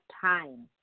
time